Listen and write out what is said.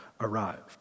arrived